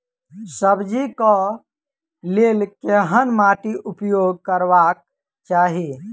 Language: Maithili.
सब्जी कऽ लेल केहन माटि उपयोग करबाक चाहि?